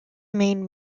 main